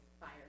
fire